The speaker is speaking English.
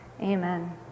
amen